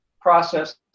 process